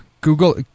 Google